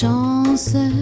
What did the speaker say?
chance